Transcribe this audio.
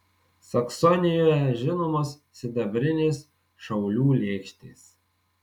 saksonijoje žinomos sidabrinės šaulių lėkštės